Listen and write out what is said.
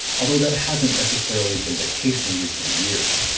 although that hasn't necessarily been the case in recent years.